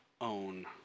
own